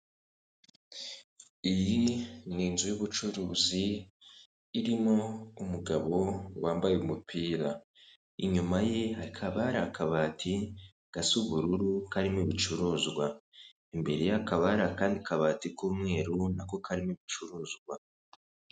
Iyi ni inzu y'ubucuruzi, irimo umugabo wambaye umupira. Inyuma ye hakaba hari akabati, gasa ubururu karimo ibicuruzwa. Imbere ye hakaba hari akandi kabati k'umweru, na ko karimo ibicuruzwa.